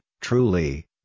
Truly